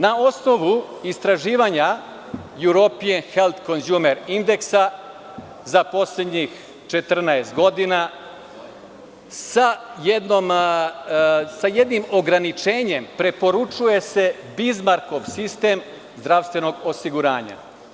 Na osnovu istraživanja European health consumer indeksa za poslednjih 14 godina, sa jednim ograničenjem, preporučuje se Bizmarkov sistem zdravstvenog osiguranja.